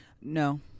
No